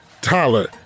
Tyler